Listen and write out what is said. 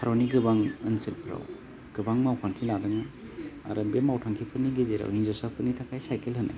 भारतनि गोबां ओनसोलफ्राव गोबां मावखान्थि लादोंमोन आरो बे मावथांखिफोरनि गेजेराव हिन्जावसाफोरनि थाखाय साइखेल होनाय